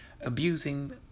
abusing